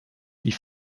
die